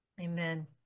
amen